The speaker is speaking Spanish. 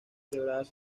quebradas